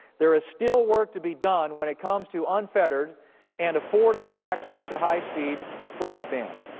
there is still work to be done when it comes to unfettered and affordable access to high-speed broadband.